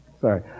Sorry